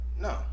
no